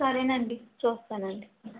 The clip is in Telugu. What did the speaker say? సరే అండి చూస్తాను అండి